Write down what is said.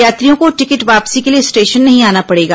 यात्रियों को टिकट वापसी के लिए स्टेशन नहीं आना पड़ेगा